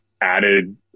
added